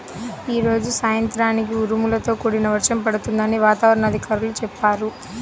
యీ రోజు సాయంత్రానికి ఉరుములతో కూడిన వర్షం పడుతుందని వాతావరణ అధికారులు చెప్పారు